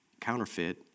Counterfeit